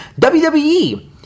wwe